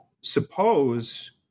suppose